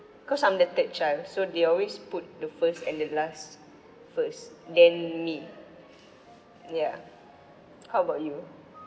cause I'm the third child so they always put the first and the last first then me ya how about you